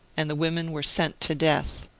and the women were sent to death.